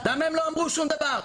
למה הם לא אמרו שום דבר?